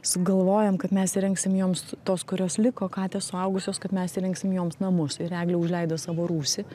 sugalvojom kad mes įrengsim joms tos kurios liko katės suaugusios kad mes įrengsim joms namus ir eglė užleido savo rūsį